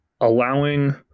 allowing